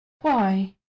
Why